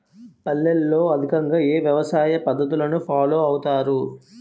పల్లెల్లో అధికంగా ఏ వ్యవసాయ పద్ధతులను ఫాలో అవతారు?